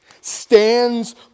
stands